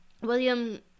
William